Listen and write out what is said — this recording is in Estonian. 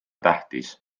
tähtis